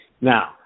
Now